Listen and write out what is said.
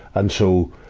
and so,